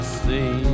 see